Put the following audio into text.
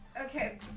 Okay